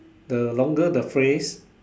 the longer the phrase